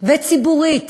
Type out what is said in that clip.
וציבורית